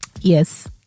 yes